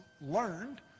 learned